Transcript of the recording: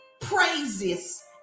praises